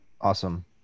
Awesome